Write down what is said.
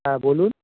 হ্যাঁ বলুন